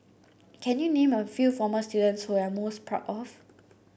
can you name a few former students whom are most proud of